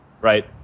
right